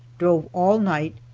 drove all night,